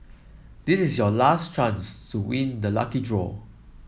this is your last chance to win the lucky draw